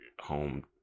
home